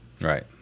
Right